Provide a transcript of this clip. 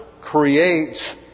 creates